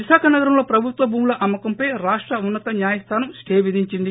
విశాఖ నగరంలో ప్రభుత్వ భూముల అమ్మకంపై రాష్ట ఉన్నత న్యాయస్దానం స్టే విధించింది